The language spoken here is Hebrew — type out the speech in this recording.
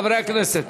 חברי הכנסת.